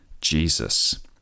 Jesus